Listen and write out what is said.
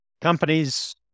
Companies